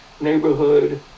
neighborhood